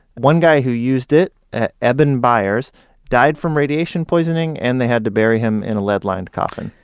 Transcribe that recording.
one guy who used it ah eben byers died from radiation poisoning and they had to bury him in a lead-lined coffin.